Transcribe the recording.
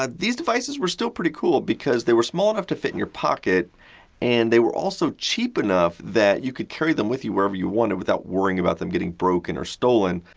um these devices were still pretty cool because they were small enough to fit in your pocket and they were also cheap enough that you could carry them with you wherever you wanted without worrying about them getting broken or stolen.